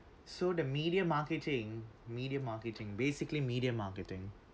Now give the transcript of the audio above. so the media marketing media marketing basically media marketing